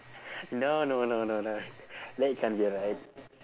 no no no no no that can't be right